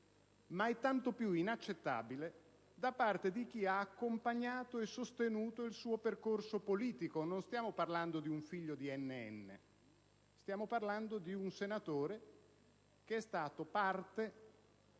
ma è tanto più inaccettabile da parte di chi ha accompagnato e sostenuto il suo percorso politico. Non stiamo parlando di un figlio di N.N.; stiamo parlando di un senatore che è stato parte